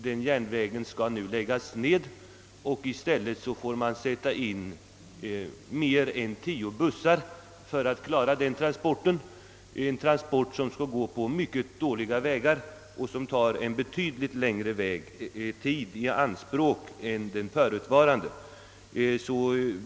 Den järnvägen skall nu läggas ned och i stället får man sätta in mer än tio bussar för att klara den transporten, som skall gå på mycket dåliga vägar och tar betydligt längre tid i anspråk än hittills.